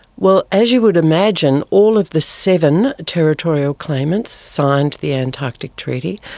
well, as you would imagine, all of the seven territorial claimants signed the antarctic treaty.